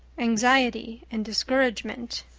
anxiety and discouragement.